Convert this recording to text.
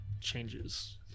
changes